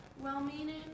well-meaning